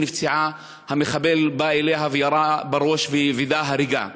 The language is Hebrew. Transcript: נפצעה המחבל בא אליה וירה בראש ווידא הריגה.